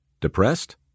depressed